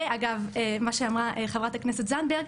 אגב מה שאמרה חברת הכנסת זנדברג,